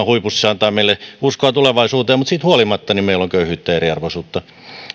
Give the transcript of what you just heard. huipussa ja se antaa meille uskoa tulevaisuuteen niin siitä huolimatta meillä on köyhyyttä ja eriarvoisuutta